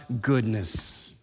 goodness